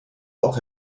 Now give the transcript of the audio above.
auch